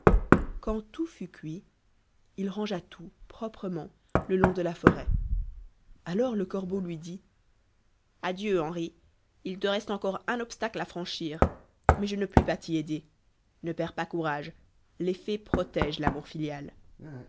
quand tout fut cuit il rangea tout proprement le long de la forêt alors le corbeau lui dit adieu henri il te reste encore un obstacle à franchir mais je ne puis pas t'y aider ne perds pas courage les fées protègent l'amour filial